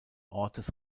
ortes